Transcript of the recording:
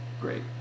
Great